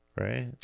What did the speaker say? Right